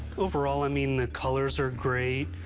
overall, i mean, the colors are great.